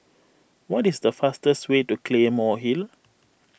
what is the fastest way to Claymore Hill